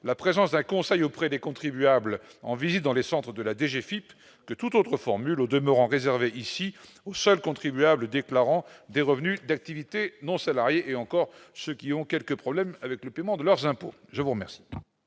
la présence d'un conseil auprès des contribuables en visite dans les cendres de la DG Philippe de toute autre formule au demeurant réservé ici aux seuls contribuables déclarant des revenus d'activité non salariée et encore ceux qui ont quelques problèmes avec le paiement de leurs impôts, je vous remercie.